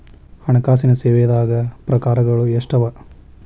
ಹಣ್ಕಾಸಿನ್ ಸೇವಾದಾಗ್ ಪ್ರಕಾರ್ಗಳು ಎಷ್ಟ್ ಅವ?